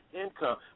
income